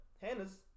Hannah's